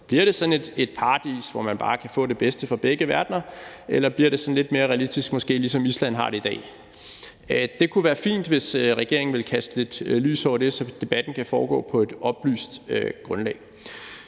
Bliver det sådan et paradis, hvor man bare kan få det bedste fra begge verdener? Eller bliver det sådan lidt mere realistisk, måske ligesom Island har det i dag? Det kunne være fint, hvis regeringen ville kaste lidt lys over det, så debatten kunne foregå på et oplyst grundlag.